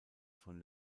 von